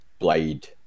Blade